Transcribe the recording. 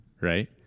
right